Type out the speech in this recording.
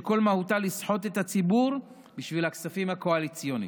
שכל מהותה לסחוט את הציבור בשביל הכספים הקואליציוניים.